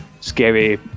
scary